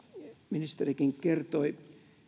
ministerikin kertoi